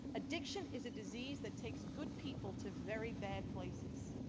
addiction is a disease that takes good people to very bad places.